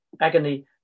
agony